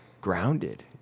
grounded